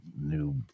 new